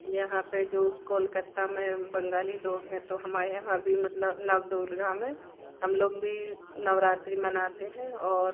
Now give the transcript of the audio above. यहाँ पे जो कोलकत्ता में बंगाली लोग हैं तो हमारे यहाँ भी मतलब नौ दुर्गा में हम लोग भी नवरात्री मनाते हैं और